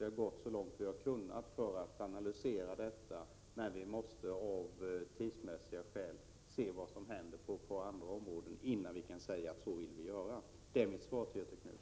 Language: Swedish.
Vi har gått så långt vi har kunnat för att analysera frågan, men vi måste av tidsmässiga skäl se vad som händer på andra områden innan vi kan säga hur vi vill göra. Det är mitt svar till Göthe Knutson.